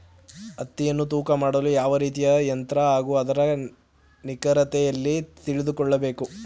ಹತ್ತಿಯನ್ನು ತೂಕ ಮಾಡಲು ಯಾವ ರೀತಿಯ ಯಂತ್ರ ಹಾಗೂ ಅದರ ನಿಖರತೆ ಎಲ್ಲಿ ತಿಳಿದುಕೊಳ್ಳಬೇಕು?